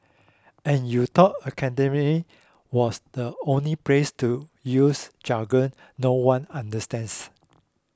and you thought academia was the only place to use jargon no one understands